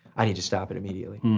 i need to stop it immediately.